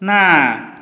ନା